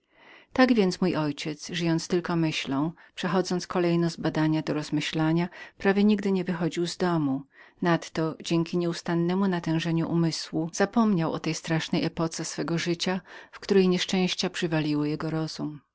tak mój ojciec żyjąc tylko myślą przechodząc kolejno z badania do rozmyślania ciągle nie wychodził prawie od siebie nadto za pomocą nieustannego natężania umysłu zapominał o tej strasznej epoce swego życia w której nieszczęścia przywaliły jego rozum